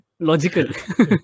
Logical